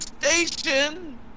station